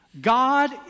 God